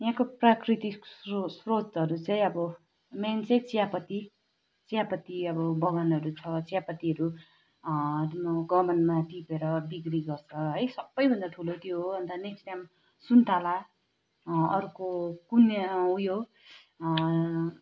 यहाँको प्राकृतिक स्रो स्रोतहरू चाहिँ अब मेन चाहिँ चियापत्ती चियापत्ती अब बगानहरू छ चियापत्तीहरू कमानमा टिपेर बिक्री गर्छ है सबैभन्दा ठुलो त्यो हो अन्त नेक्स्टमा सुन्तला अर्को कुन्ने अँ उयो